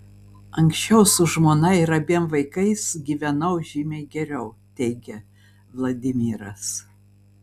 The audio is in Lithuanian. anksčiau su žmona ir abiem vaikais gyvenau žymiai geriau teigia vladimiras